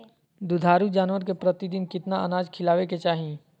दुधारू जानवर के प्रतिदिन कितना अनाज खिलावे के चाही?